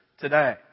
Today